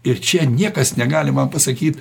ir čia niekas negali man pasakyt